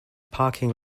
parking